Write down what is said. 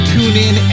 TuneIn